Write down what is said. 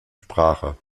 sprache